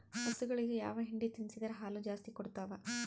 ಹಸುಗಳಿಗೆ ಯಾವ ಹಿಂಡಿ ತಿನ್ಸಿದರ ಹಾಲು ಜಾಸ್ತಿ ಕೊಡತಾವಾ?